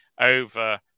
over